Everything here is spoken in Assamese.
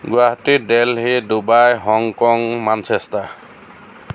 Guwahati Delhi Dubai Hong Kong Manchester